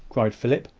cried philip.